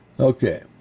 Okay